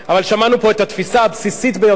אבל שמענו פה את התפיסה הבסיסית ביותר,